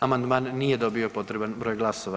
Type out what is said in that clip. Amandman nije dobio potreban broj glasova.